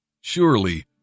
Surely